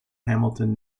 hamilton